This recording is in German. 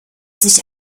sich